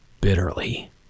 bitterly